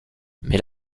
mais